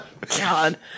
God